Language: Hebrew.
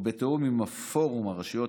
ובתיאום עם פורום הרשויות